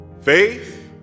faith